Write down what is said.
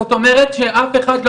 זאת אומרת שאף אחד,